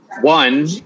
One